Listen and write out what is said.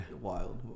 Wild